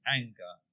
anger